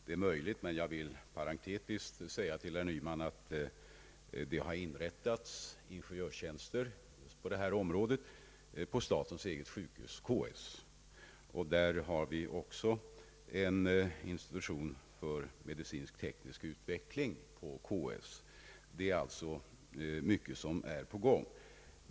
Det är möjligt, men jag vill parentetiskt säga till herr Nyman att det inom detta område har inrättats ingenjörstjänster på statens eget sjukhus, KS. Där har vi också en institution för medicinsk-teknisk utveckling. Det är alltså mycket på gång.